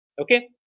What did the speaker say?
Okay